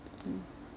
mm